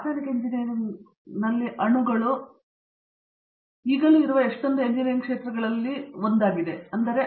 ರಾಸಾಯನಿಕ ಎಂಜಿನಿಯರಿಂಗ್ ಅಣುಗಳು ಈಗಲೂ ಇರುವ ಕೆಲವು ಎಂಜಿನಿಯರಿಂಗ್ ಕ್ಷೇತ್ರಗಳಲ್ಲಿ ನಮ್ಮ ಪರಿಗಣನೆಗಳ ಕೇಂದ್ರಗಳಲ್ಲಿ ಒಂದಾಗಿದೆ